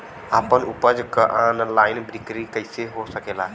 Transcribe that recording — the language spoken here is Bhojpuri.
आपन उपज क ऑनलाइन बिक्री कइसे हो सकेला?